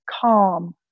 calm